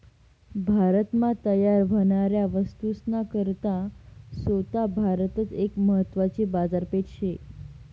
भारत मा तयार व्हनाऱ्या वस्तूस ना करता सोता भारतच एक महत्वानी बाजारपेठ शे